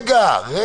לא יודע.